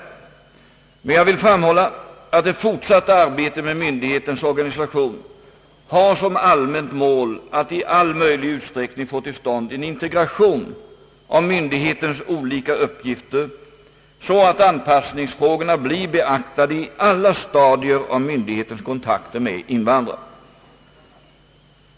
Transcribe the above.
Jag vill emellertid framhålla att det fortsatta arbetet med myndighetens organisation har som allmänt mål att i all möjlig utsträckning få till stånd en integration av myndighetens olika uppgifter, så att anpassningsfrågorna blir beaktade i alla stadier av myndighetens kontakter med invandrare.